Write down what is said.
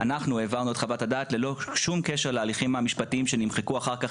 אנחנו העברנו את חוות הדעת ללא שום קשר להליכים המשפטיים שנמחקו אחר כך,